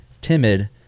timid